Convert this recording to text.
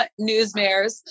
newsmares